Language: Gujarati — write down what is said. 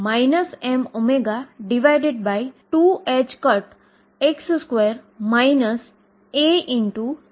કારણ કે x 0 ની બહાર એક પણ પાર્ટીકલ અસ્તિત્વ ધરાવતુ નથી